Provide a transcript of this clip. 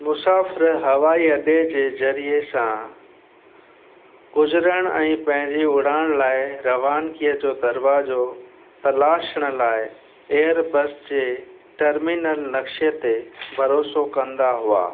मुसाफ़िर हवाई अड्डे जे ज़रिए सां गुज़रण ऐं पंहिंजी उड़ान लाइ रवानगी जो दरवाजो तलाशण लाइ एयरबस जे टरमीनल नक्शे ते भरोसा कंदा हुआ